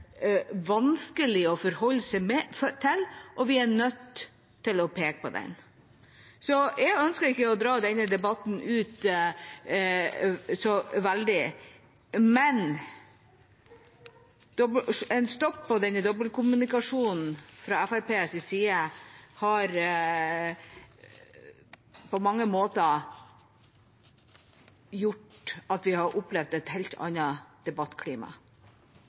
vanskelig å forholde seg til, og vi er nødt til å påpeke den. Jeg ønsker ikke å dra denne debatten veldig ut, men en stopp i dobbeltkommunikasjonen fra Fremskrittspartiets side hadde på mange måter gjort at vi hadde opplevd et helt annet debattklima.